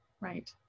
Right